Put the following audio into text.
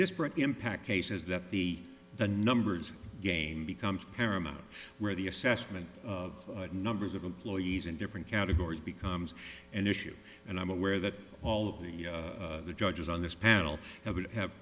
disparate impact cases that the the numbers game becomes paramount where the assessment of numbers of employees in different categories becomes an issue and i'm aware that all of the judges on this panel have